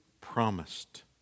promised